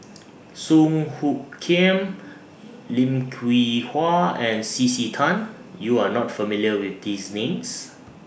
Song Hoot Kiam Lim Hwee Hua and C C Tan YOU Are not familiar with These Names